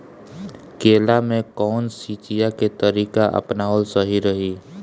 केला में कवन सिचीया के तरिका अपनावल सही रही?